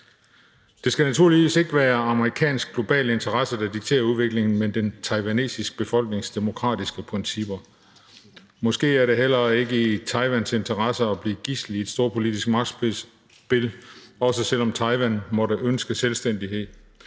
Det skal naturligvis ikke være amerikanske globale interesser, der dikterer udviklingen, men den taiwanesiske befolknings demokratiske principper. Måske er det heller ikke i Taiwans interesse at blive gidsel i et storpolitisk magtspil, også selv om Taiwan måtte ønske selvstændighed.